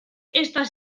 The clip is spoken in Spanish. estas